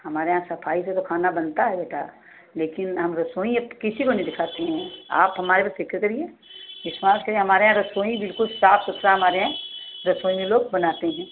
हमारे यहाँ सफाई से तो खाना बनता है बेटा लेकिन हम रसोई अप किसी को नहीं दिखाते हैं आप हमारे पर करिए विश्वास करिए हमारे यहाँ रसोई बिल्कुल साफ सुथरइ हमारे यहाँ रसोई में लोग बनाते हैं